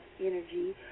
energy